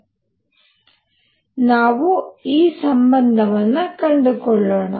ಆದ್ದರಿಂದ ನಾವು ಈ ಸಂಬಂಧವನ್ನು ಕಂಡುಕೊಳ್ಳೋಣ